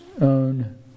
own